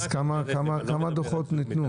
אז כמה דוחות ניתנו?